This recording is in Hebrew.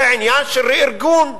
זה עניין של רה-ארגון,